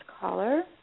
caller